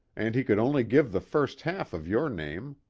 and he could only give the first half of your name.